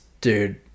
dude